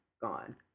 gone